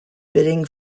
bidding